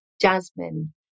Jasmine